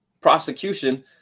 prosecution